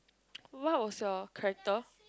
what was your character